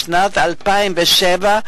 בשנת 2007,